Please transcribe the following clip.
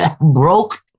broke